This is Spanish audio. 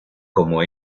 como